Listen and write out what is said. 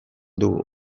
dugu